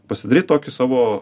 pasidaryt tokį savo